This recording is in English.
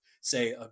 say